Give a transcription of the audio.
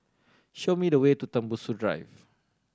show me the way to Tembusu Drive